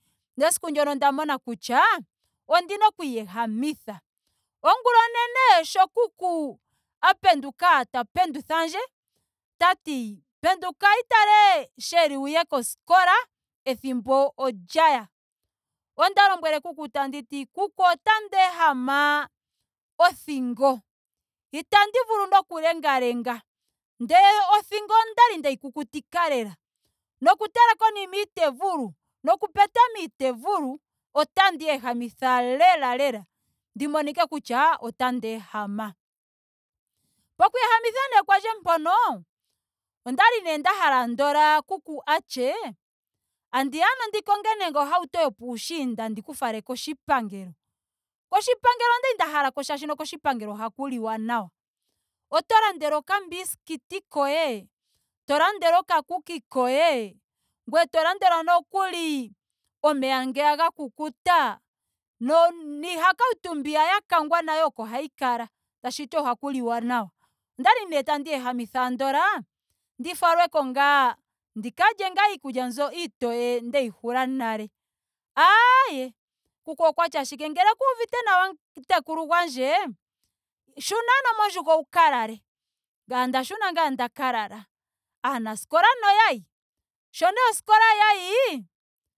Nesiku ndyoka onda mona kutya ondina oku iyehemitha. Ongula onene sho kuku a penduka ta penduthandje tati penduka utale sheeli wuye koskola ethimbo olyaya. onda lombwele kuku tandi ti kuku otandi ehama othingo. Itandi vulu noku lengalenga. Ndele othingo okwali ndeyi kukutika lela. Noku tala konima ite vulu. noku petama ite vulu. otandi iyehamitha lelalela ndi monike kutya otandi ehama. Poku iyehamitha kwandje mpono okwali nee nda hala andola kuku atye. andiya ano ndi konge nando ohauto yopushiinda ndi ku fale koshipangelo. Koshipangelo okwali nda halako molwaashoka ohaku liwa nawa. Oto landelwa okambistiki koye. to landelwa okakuki koye. ngweye to landelwa nokuli omeya ngeya ga kukuta. niihakutu mbiya ya kangwa nayo oko hayi kala. tashiti ohaku liwa nawa. Okwali nee tandiiyehamitha ngeno andola ndi falweko ngaa ndi ka lye iikulya mbyo iitoye ndyei hula nale. Aee kuku okwati ashike ngele kuuvite nawa mutekulu gwandje. shuna ano mondjugo wu ka lale. Ngame onda shuna. ngame onda ka lala. Aanaskola noyayi. sho nee aanaskola yayi